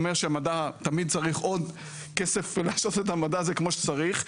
תמיד אומר שהמדע תמיד צריך עוד כסף כדי לעשות את המדע הזה כמו שצריך,